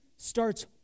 starts